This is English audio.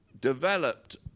developed